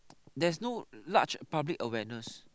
there is no large public awareness